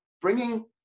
bringing